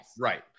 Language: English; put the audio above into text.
Right